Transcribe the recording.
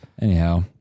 anyhow